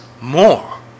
more